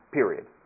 period